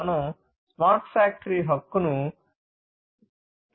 మనం smart factory హక్కును నిర్మించాలనుకుంటున్నాము